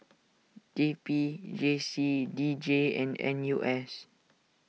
T P J C D J and N U S